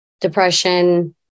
depression